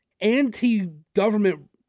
anti-government